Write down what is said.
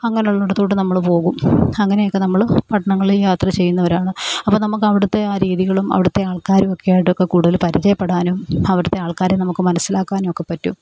അങ്ങനെ ഉള്ളയിടത്തോട്ട് നമ്മൾ പോകും അങ്ങനെയൊക്കെ നമ്മൾ പട്ടണങ്ങളിൽ യാത്ര ചെയ്യുന്നവരാണ് അപ്പം നമുക്ക് ആ അവിടുത്തെ ആ രീതികളും അവിടുത്തെ ആൾക്കാരുമൊക്കെയായിട്ടൊക്കെ കൂടുതൽ പരിചയപ്പെടാനും അവിടുത്തെ ആൾക്കാരെ നമുക്ക് മനസ്സിലാക്കാനുമൊക്കെ പറ്റും